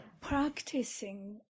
practicing